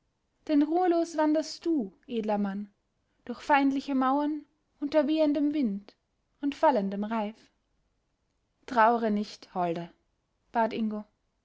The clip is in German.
denn ruhelos wanderst du edler mann durch feindliche mauern unter wehendem wind und fallendem reif traure nicht holde bat ingo